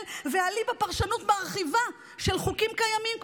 ואליבא דפרשנות מרחיבה של חוקים קיימים,